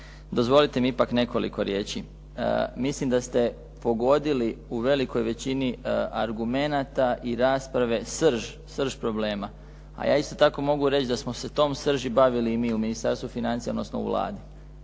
dozvolite mi ipak nekoliko riječi. Mislim da ste pogodili u velikoj većini argumenata i rasprave srž, srž problema, a ja isto tako mogu reći da smo se tom srži bavili i mi u Ministarstvu financija, odnosno u Vladi.